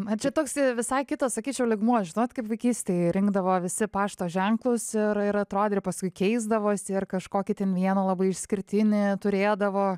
na čia toks visai kitas sakyčiau lygmuo žinot kaip vaikystėj rinkdavo visi pašto ženklus ir ir atrodė ir paskui keisdavosi ir kažkokį ten vieną labai išskirtinį turėdavo